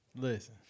listen